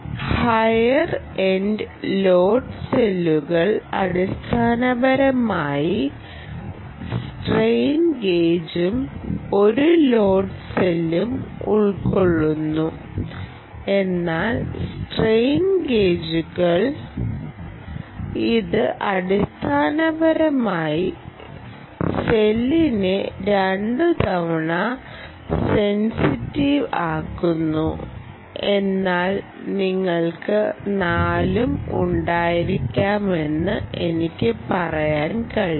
higher end load സെല്ലുകൾ അടിസ്ഥാനപരമായി strain ഗേജും ഒരു ലോഡ് സെല്ലും ഉൾക്കൊള്ളുന്നു എന്നാൽ സ്ട്രെയിൻ ഗേജുകൾ റഫർ സമയം 5008 ഇത് അടിസ്ഥാനപരമായി സെല്ലിനെ രണ്ടുതവണ സെൻസിറ്റീവ് ആക്കുന്നു എന്നാൽ നിങ്ങൾക്ക് 4 ഉം ഉണ്ടായിരിക്കാമെന്ന് എനിക്ക് പറയാൻ കഴിയും